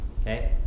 okay